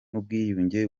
n’ubwiyunge